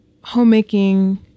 homemaking